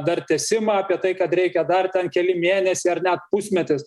dar tęsimą apie tai kad reikia dar ten keli mėnesiai ar net pusmetis